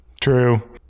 True